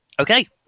Okay